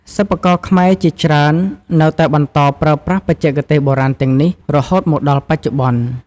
សិប្បករខ្មែរជាច្រើននៅតែបន្តប្រើប្រាស់បច្ចេកទេសបុរាណទាំងនេះរហូតមកដល់បច្ចុប្បន្ន។